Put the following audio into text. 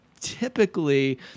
typically